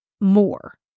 more